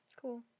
Cool